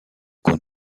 comte